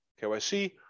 KYC